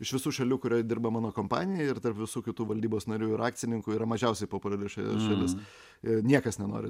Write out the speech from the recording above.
iš visų šalių kurioj dirba mano kompanija ir tarp visų kitų valdybos narių ir akcininkų yra mažiausiai populiari šalis niekas nenori